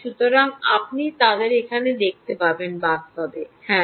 সুতরাং আপনি তাদের এখানে দেখতে পাবেন বাস্তবে হ্যাঁ